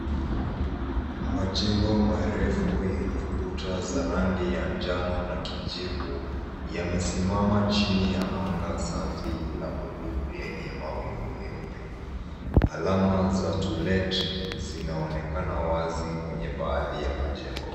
Majengo marefu yenye kuta za njano na kijivu yamesimama chini ya anga safi la buluu lenye mawingu meupe. Alama za to let zinaonekana wazi kwenye baadhi ya majengo.